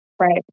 Right